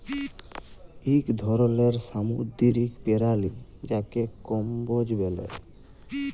ইক ধরলের সামুদ্দিরিক পেরালি যাকে কম্বোজ ব্যলে